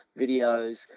videos